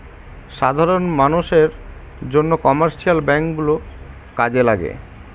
সাধারন মানষের জন্য কমার্শিয়াল ব্যাঙ্ক গুলো কাজে লাগে